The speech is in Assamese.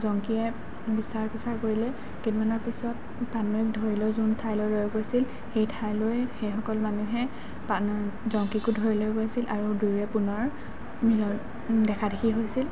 জংকীয়ে বিচাৰ সুচাৰ কৰিলে কেইদিনমানৰ পিছত পানৈক ধৰি লৈ যোন ঠাইলৈ লৈ গৈছিল সেই ঠাইলৈ সেইসকল মানুহে পানৈক জংকীকো ধৰি লৈ গৈছিল আৰু দুয়োৰে পুনৰ মিলন দেখা দেখি হৈছিল